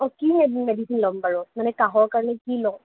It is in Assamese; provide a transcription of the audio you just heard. কি মেডিচিন ল'ম বাৰু মানে কাঁহৰ কাৰণে কি ল'ম